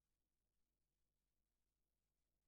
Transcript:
בוקר טוב,